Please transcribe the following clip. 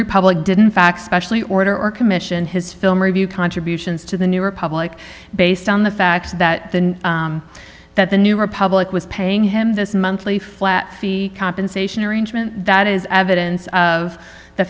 republic didn't fax specially order or commission his film review contributions to the new republic based on the fact that the that the new republic was paying him this monthly flat fee compensation arrangement that is evidence of the